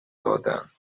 دادهاند